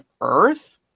Earth